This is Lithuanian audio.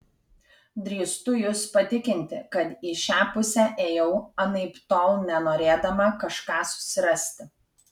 drįstu jus patikinti kad į šią pusę ėjau anaiptol ne norėdama kažką susirasti